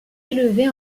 élevée